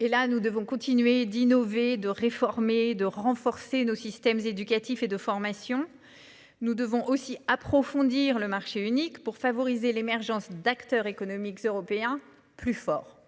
Nous devons continuer d'innover, de réformer et de renforcer nos systèmes éducatifs et de formation. Nous devons aussi approfondir le marché unique pour favoriser l'émergence d'acteurs économiques européens plus forts.